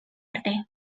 arte